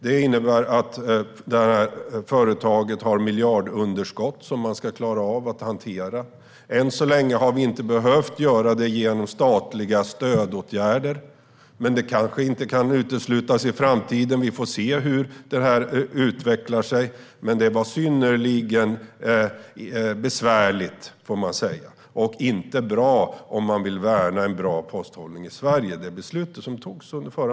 Det innebär att företaget har miljardunderskott att hantera. Än så länge har vi inte behövt hantera detta med hjälp av statliga stödåtgärder, men det kanske inte kan uteslutas i framtiden. Vi får se hur den utvecklar sig. Men beslutet under förra mandatperioden var inte bra om man vill värna en bra posthållning i Sverige.